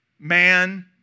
Man